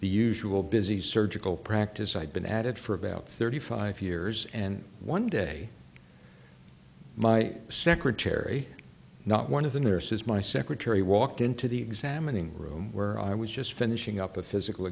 the usual busy surgical practice i'd been at it for about thirty five years and one day my secretary not one of the nurses my secretary walked into the examining room where i was just finishing up a physical